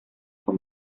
con